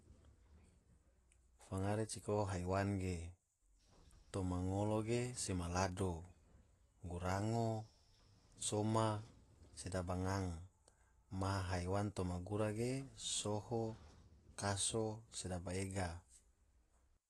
Fangare cikoho haiwan ge, toma ngolo ge sema lado, gurango, soma, sedaba ngang maha haiwan toma gura ge soho, kaso, sedaba ega.